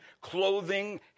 clothing